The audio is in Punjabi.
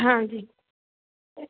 ਹਾਂਜੀ